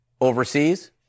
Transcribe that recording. overseas